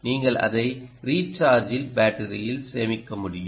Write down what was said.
நீங்கள் அதை ரீசார்ஜபில் பேட்டரியில் சேமிக்க முடியும்